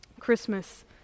Christmas